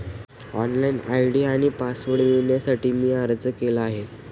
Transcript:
login ID आणि password मिळवण्यासाठी मी अर्ज केला आहे